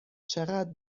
چقدر